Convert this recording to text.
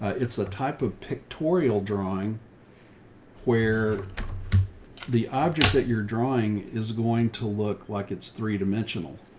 it's a type of pictorial drawing where the object that you're drawing is going to look like it's three dimensional,